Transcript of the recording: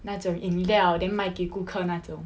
那种饮料 then 卖给顾客那种